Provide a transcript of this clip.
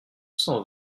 cent